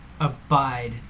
abide